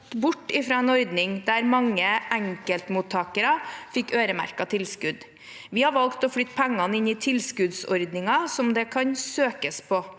bort fra en ordning der mange enkeltmottakere fikk øremerkede tilskudd. Vi har valgt å flytte pengene inn i tilskuddsordninger som det kan søkes på.